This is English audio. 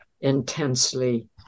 intensely